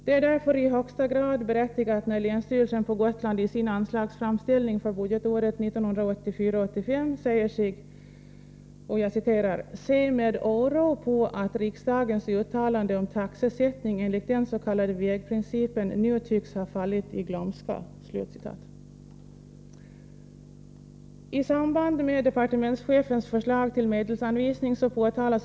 Det är därför i högsta grad berättigat när länsstyrelsen på Gotland i sin anslagsframställning för budgetåret 1984/85 säger sig ”se med oro på att riksdagens uttalande om taxesättning enligt den s.k. vägprincipen nu tycks ha fallit i glömska”.